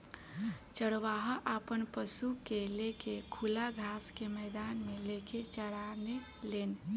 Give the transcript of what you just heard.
चरवाहा आपन पशु के ले के खुला घास के मैदान मे लेके चराने लेन